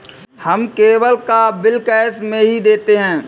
हम केबल का bill cash में ही देते हैं